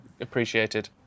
appreciated